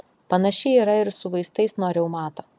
panašiai yra ir su vaistais nuo reumato